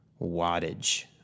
wattage